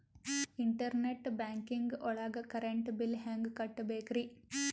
Internet banking ಒಳಗ್ current bill ಹೆಂಗ್ ಕಟ್ಟ್ ಬೇಕ್ರಿ?